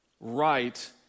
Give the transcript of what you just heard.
right